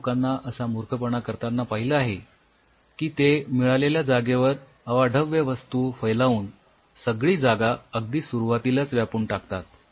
मी लोकांना असा मूर्खपणा करतांना पहिले आहे की ते मिळालेल्या जागेवर अवाढव्य वस्तू फैलावून सगळी जागा अगदी सुरुवातीलाच व्यापून टाकतात